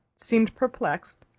seemed perplexed,